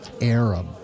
Arab